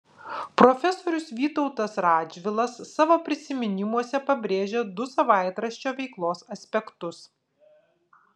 profesorius vytautas radžvilas savo prisiminimuose pabrėžia du savaitraščio veiklos aspektus